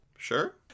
Sure